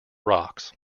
rocks